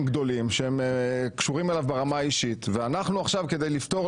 גדולים שהם קשורים אליו ברמה האישית וכדי לפתור